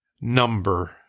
number